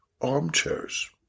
armchairs